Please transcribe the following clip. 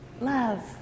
love